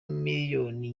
miliyoni